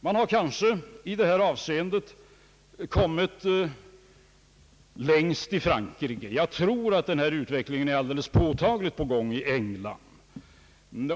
Man har kanske i detta avseende kommit längst i Frankrike. Jag tror att denna utveckling är alldeles påtagligt på gång i England.